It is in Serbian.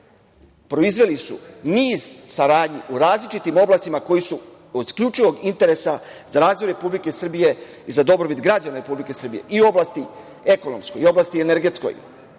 proizveli su niz saradnji u različitim oblastima koje su od isključivog interesa za razvoj Republike Srbije i za dobrobit građana Republike Srbije i u oblasti ekonomskoj, u oblasti energetskoj,